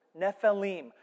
Nephilim